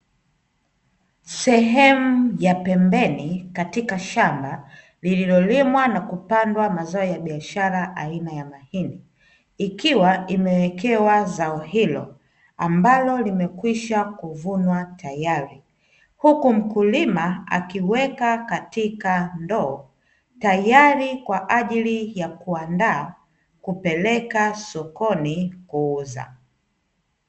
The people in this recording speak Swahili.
Sehemu ya pembeni katika shamba lililolimwa na kupandwa mazao ya biashara aina ya mahindi, ikiwa imewekewa zao hilo ambalo limekwisha kuvunwa tayari huku mkulima akiweka katika ndoo tayari kwa ajili ya kuandaa kupeleka sokoni kuuza.